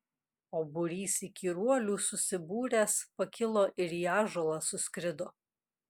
o būrys įkyruolių susibūręs pakilo ir į ąžuolą suskrido